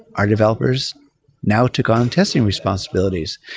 our developers now took on testing responsibilities.